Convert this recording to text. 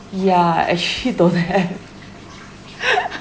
yeah actually don't have